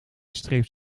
streeft